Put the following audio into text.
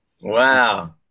Wow